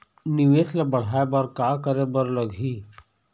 निवेश ला बढ़ाय बर का करे बर लगही?